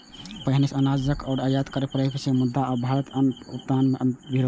पहिने अनाजक आयात करय पड़ैत रहै, मुदा आब भारत अन्न उत्पादन मे आत्मनिर्भर छै